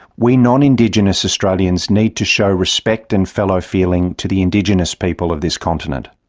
we non-indigenous australians need to show respect and fellow feeling to the indigenous people of this continent.